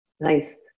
nice